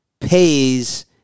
pays